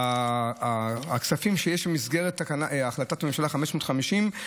הכספים שיש במסגרת החלטת ממשלה 550,